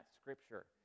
scripture